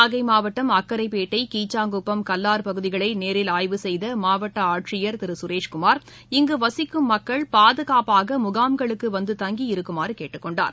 நாகைமாவட்டம் அக்கரைப்பேட்டை கீச்சாங்குப்பம் கல்லார் பகுதிகளைநேரில் செய்தமாவட்டஆட்சியா் திருகரேஷ்குமாா் இங்கு வசிக்கும் மக்கள் பாதுகாப்பாகமுகாம்களுக்குவந்து தங்கி இருக்குமாறுகேட்டுக்கொண்டார்